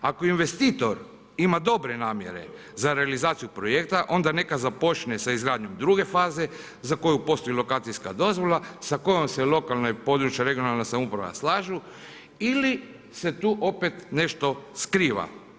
Ako investitor ima dobre namjere za realizaciju projekta, onda neka započne sa izgradnjom druge faze za koju postoji lokacijska dozvola sa kojom se lokalna i područna regionalna samouprava slažu ili se tu opet nešto skriva.